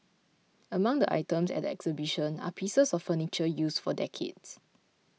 among the items at the exhibition are pieces of furniture used for decades